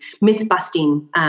myth-busting